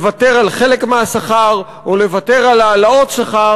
לוותר על חלק מהשכר או לוותר על העלאות שכר